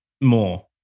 more